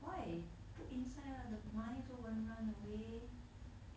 why put inside lah the money also won't run away